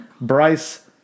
Bryce